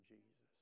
Jesus